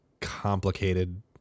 complicated